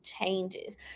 changes